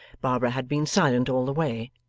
barbara had been silent all the way,